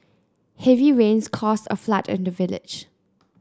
heavy rains caused a flood in the village